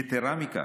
יתרה מזו,